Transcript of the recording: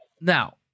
Now